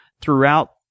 throughout